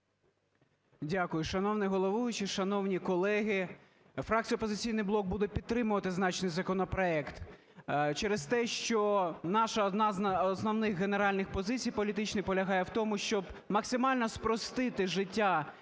Дякую. Шановний головуючий! Шановні колеги! Фракція "Опозиційний блок" буде підтримувати зазначений законопроект через те, що наша одна з основних генеральних позицій політичних полягає в тому, щоб максимально спростити життя